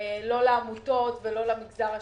לא לעמותות ולא למגזר השלישי.